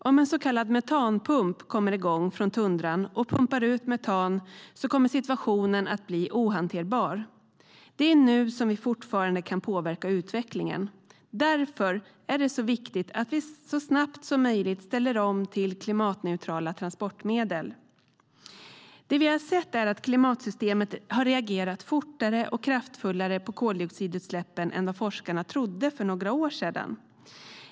Om en så kallad metanpump kommer igång från tundran och pumpar ut metan kommer situationen att bli ohanterbar. Det är nu som vi fortfarande kan påverka utvecklingen. Därför är det viktigt att vi så snabbt som möjligt ställer om till klimatneutrala transportmedel. Det vi har sett är att klimatsystemet har reagerat fortare och kraftfullare på koldioxidutsläppen än vad forskarna trodde för några år sedan.